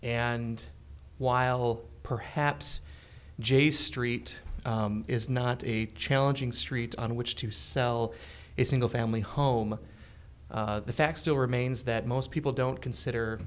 and while perhaps j street is not a challenging street on which to sell a single family home the fact still remains that most people don't consider